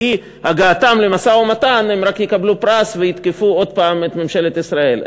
שבאי-הגעתם למשא-ומתן הם רק יקבלו פרס ויתקפו עוד הפעם את ממשלת ישראל,